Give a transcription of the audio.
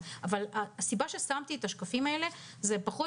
הסיבה ששמתי את השקפים האלה היא פחות